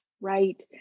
right